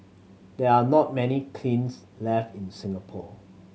there are not many kilns left in Singapore